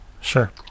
Sure